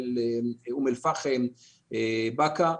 אום אל פאחם ובאקה,